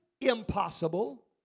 impossible